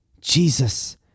Jesus